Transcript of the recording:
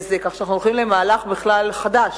כך שאנחנו הולכים למהלך בכלל חדש.